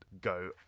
go